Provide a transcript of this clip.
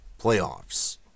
playoffs